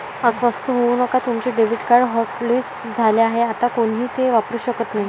अस्वस्थ होऊ नका तुमचे डेबिट कार्ड हॉटलिस्ट झाले आहे आता कोणीही ते वापरू शकत नाही